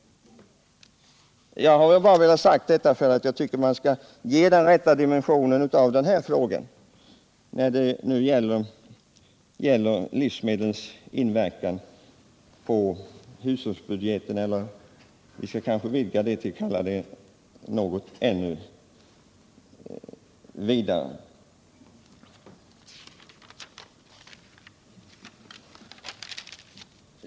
Jag har velat säga detta för att ge den rätta dimensionen åt frågan om livsmedelsprisernas inverkan på hushållsbudgeten.